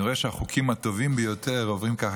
אני רואה שהחוקים הטובים ביותר עוברים ככה,